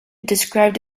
described